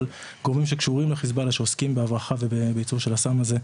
אבל גורמים שקשורים לחיזבאללה עוסקים בהברחה ובייצור של הסם הזה.